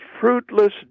fruitless